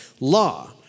law